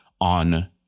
on